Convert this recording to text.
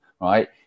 right